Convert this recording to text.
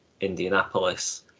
Indianapolis